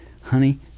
honey